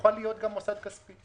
יוכל להיות גם מוסד כספי.